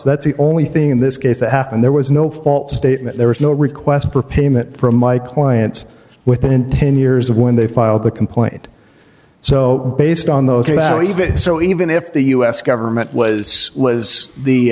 that's the only thing in this case that happened there was no false statement there was no request for payment from my clients within ten years of when they filed the complaint so based on those things so even if the us government was was the